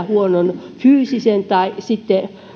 huonon fyysisen tai sitten